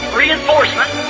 reinforcement